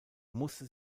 musste